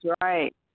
right